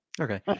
Okay